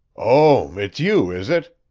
oh, it's you, is it?